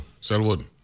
Selwood